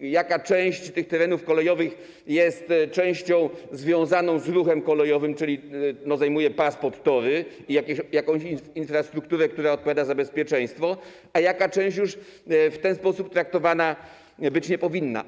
jaka część tych terenów kolejowych jest częścią związaną z ruchem kolejowym, czyli zajmuje pas pod tory i jakąś infrastrukturę, która odpowiada za bezpieczeństwo, a jaka część już w ten sposób traktowana być nie powinna.